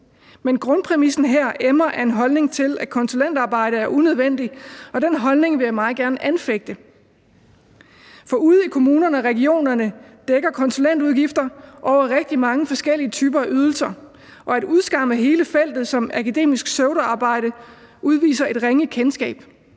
Men grundpræmissen her emmer af en holdning til, at konsulentarbejde er unødvendigt, og den holdning vil jeg meget gerne anfægte. For ude i kommunerne og regionerne dækker konsulentudgifter over rigtig mange forskellige typer af ydelser, og at udskamme hele feltet som akademisk pseudoarbejde viser et ringe kendskab.